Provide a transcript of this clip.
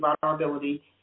vulnerability